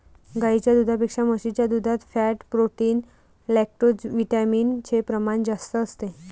गाईच्या दुधापेक्षा म्हशीच्या दुधात फॅट, प्रोटीन, लैक्टोजविटामिन चे प्रमाण जास्त असते